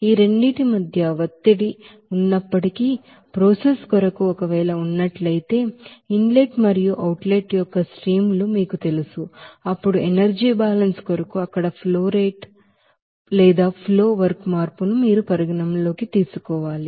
ఈ రెండింటి మధ్య ఒత్తిడి ఉన్నప్పటికీ ప్రాసెస్ కొరకు ఒకవేళ ఉన్నట్లయితే ఇన్ లెట్ మరియు అవుట్ లెట్ యొక్క స్ట్రీమ్ లు మీకు తెలుసు అప్పుడు ఎనర్జీ బ్యాలెన్స్ కొరకు అక్కడ ఫ్లో వర్క్ మార్పును మీరు పరిగణనలోకి తీసుకోవాలి